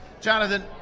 jonathan